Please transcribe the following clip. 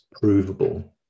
provable